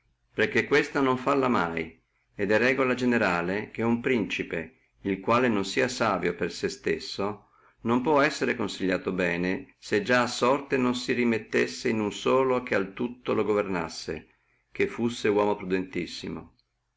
mai che uno principe il quale non sia savio per sé stesso non può essere consigliato bene se già a sorte non si rimettessi in uno solo che al tutto lo governassi che fussi uomo prudentissimo